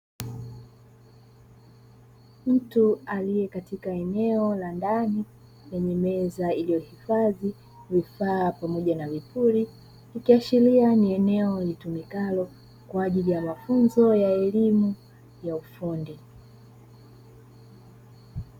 Mtu aliye katika eneo la ndani lenye meza iliyohifadhi vifaa pamoja na vipuli, ikiashiria ni eneo litumikalo kwa ajili ya mafunzo ya elimu ya ufundi.